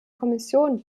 kommission